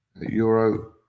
euro